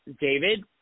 David